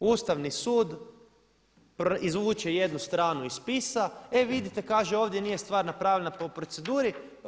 Ustavni sud izvuče jednu stranu iz spisa, e vidite kaže ovdje nije stvar napravljena po proceduri.